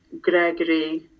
Gregory